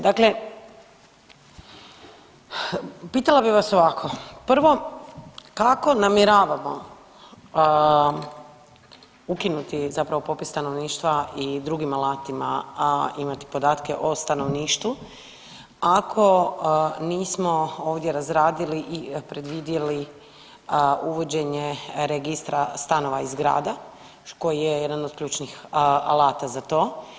Dakle, pitala bih vas ovako, prvo kako namjeravamo ukinuti zapravo popis stanovništva i drugim alatima imati podatke o stanovništvu ako nismo ovdje razradili i predvidjeli uvođenje registra stanova i zgrada koji je jedan od ključnih alata za to?